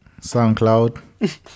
SoundCloud